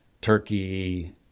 Turkey